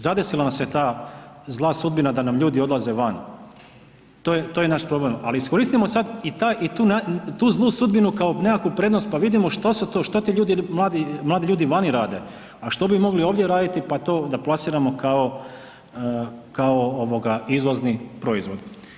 Zadesila nas je ta zla sudbina da nam ljudi odlaze van, to je naš problem, ali iskoristimo sad i tu zlu sudbinu kao nekakvu prednost pa vidimo što ti ljudi, mladi ljudi vani rade, a što bi mogli ovdje raditi pa to da plasiramo kao ovoga izvozni proizvod.